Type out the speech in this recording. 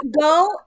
go